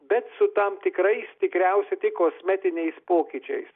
bet su tam tikrais tikriausiai tik kosmetiniais pokyčiais